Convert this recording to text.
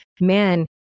man